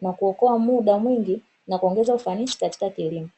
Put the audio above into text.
na kuokoa muda mwingi na kuongeza ufanisi katika kilimo.